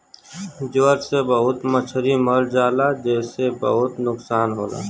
ज्वर से बहुत मछरी मर जाला जेसे बहुत नुकसान होला